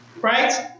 right